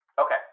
Okay